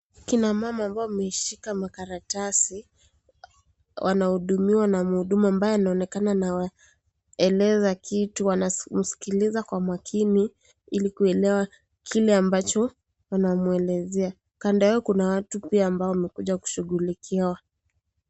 Kina mama ambao wameshika karatasi wanaohudumiwa na muhudumu ambaye anaonekana anawaeleza kitu. Wanamskiliza kwa makini, ili kuelewa kile ambacho wanamwelezea. Kando yao kuna watu pia ambao wamekuja kushughulikiwa.